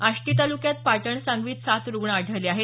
आष्टी ताल्क्यात पाटण सांगवीत सात रूग्ण आढळले आहेत